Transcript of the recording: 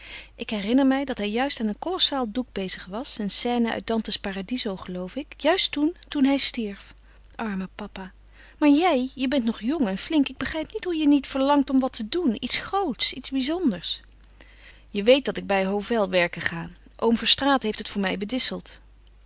ik herinner mij dat hij juist aan een kolossaal doek bezig was een scène uit dantes paradiso geloof ik juist toen toen hij stierf arme papa maar jij je bent nog jong en flink ik begrijp niet hoe je niet verlangt om wat te doen iets groots iets bizonders je weet dat ik bij hovel werken ga oom verstraeten heeft het voor mij